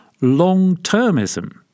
Long-termism